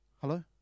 Hello